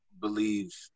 believe